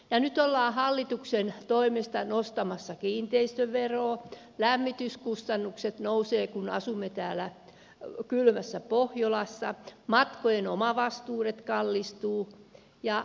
ja nyt ollaan hallituksen toimesta nostamassa kiinteistöveroa lämmityskustannukset nousevat kun asumme täällä kylmässä pohjolassa matkojen omavastuut kallistuvat